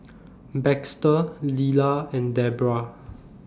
Baxter Lilla and Debbra